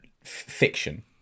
fiction